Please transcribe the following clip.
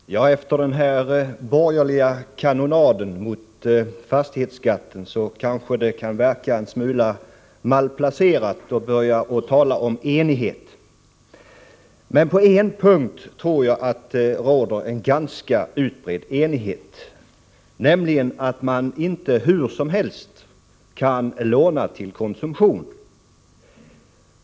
Herr talman! Efter den borgerliga kanonaden mot förslaget om statlig fastighetsskatt kanske det kan verka en smula malplacerat att nu börja tala om enighet. Men på en punkt tror jag att det råder en ganska utbredd enighet, nämligen om att man inte hur som helst kan låna till konsumtion.